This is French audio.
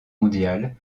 mondiale